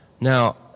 Now